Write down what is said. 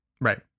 right